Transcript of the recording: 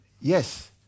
Yes